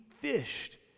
fished